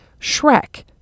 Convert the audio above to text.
Shrek